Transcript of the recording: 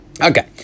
Okay